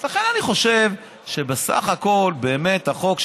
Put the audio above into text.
לכן אני חושב שבסך הכול החוק,